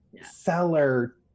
seller